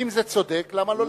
אם זה צודק, למה לא לשנה?